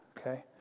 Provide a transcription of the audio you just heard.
okay